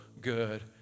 good